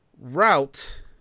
Route